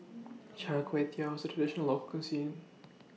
Char Kway Teow situation Local Cuisine